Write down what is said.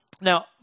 Now